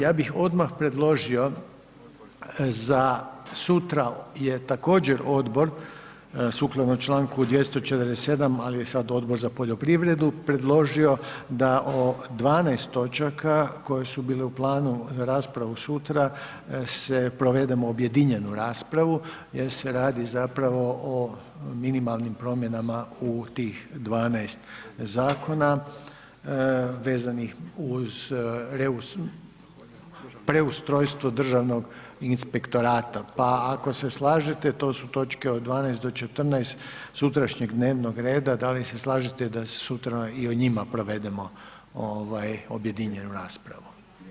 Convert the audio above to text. Ja bih odmah predložio za sutra je također Odbor, sukladno čl. 247., ali je sad Odbor za poljoprivredu predložio da o 12 točaka koje su bile u planu za raspravu sutra se provedemo objedinjenu raspravu jer se radi zapravo o minimalnim promjenama u tih 12 zakona vezanih uz u preustrojstvo Državnog inspektorata, pa ako se slažete, to su točke od 12.-14. sutrašnjeg dnevnog reda, da li se slažete da sutra i o njima provedemo objedinjenu raspravu?